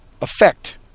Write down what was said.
effect